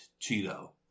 cheeto